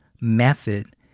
method